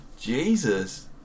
Jesus